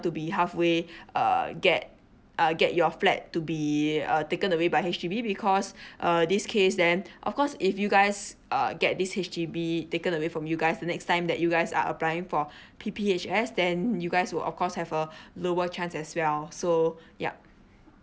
to be halfway err get uh get your flat to be uh taken away by H_D_B because err this case then of course if you guys err get this H_D_B taken away from you guys the next time that you guys are applying for P_P_H_S then you guys will of course have a lower chance as well so yup